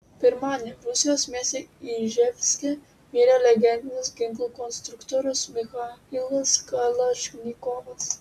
pirmadienį rusijos mieste iževske mirė legendinis ginklų konstruktorius michailas kalašnikovas